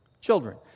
children